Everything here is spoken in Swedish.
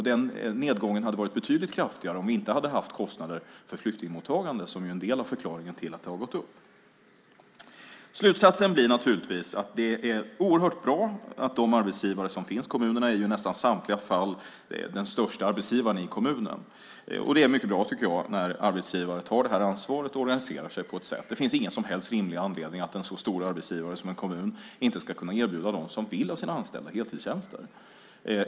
Den nedgången hade varit betydligt kraftigare om vi inte hade haft kostnader för flyktingmottagande, som är en del av förklaringen till att det har gått upp. Slutsatsen blir naturligtvis att det är oerhört bra att de arbetsgivare som finns - kommunerna är ju i nästan samtliga fall den största arbetsgivaren i kommunen - tar det här ansvaret. Det finns ingen som helst rimlig anledning att en så stor arbetsgivare som en kommun inte ska kunna erbjuda de av sina anställda som vill heltidstjänster.